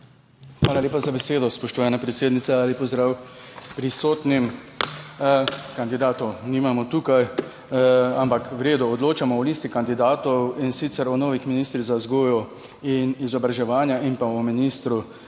Hvala lepa za besedo, spoštovana predsednica. Lep pozdrav prisotnim! Kandidatov nimamo tukaj, ampak v redu. Odločamo o listi kandidatov, in sicer o novih ministrih, za vzgojo in izobraževanje in pa o ministru